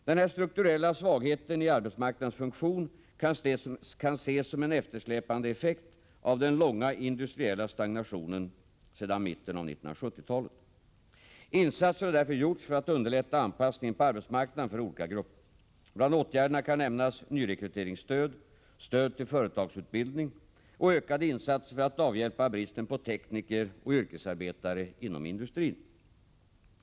Denna strukturella svaghet i arbetsmarknadens funktion kan ses som en eftersläpande effekt av den långa industriella stagnationen sedan mitten av 1970-talet. Insatser har därför gjorts för att underlätta anpassningen på arbetsmarknaden för olika grupper. Bland åtgärderna kan nämnas nyrekryteringsstöd, stöd till företagsutbildning och ökade insatser för att avhjälpa bristen på tekniker och yrkesarbetare inom industrin.